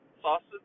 Sausage